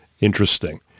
interesting